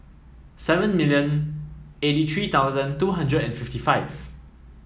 seven million eighty three thousand two hundred and fifty five